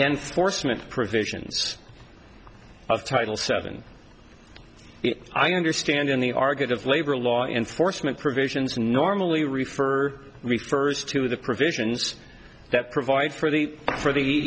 enforcement provisions of title seven i understand in the argot of labor law enforcement provisions normally refer refers to the provisions that provide for the for the